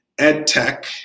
EdTech